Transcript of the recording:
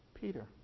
Peter